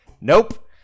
Nope